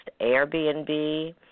Airbnb